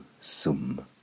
sum